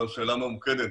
אבל שאלה ממוקדת,